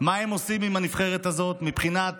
מה הם עושים עם הנבחרת הזו מבחינת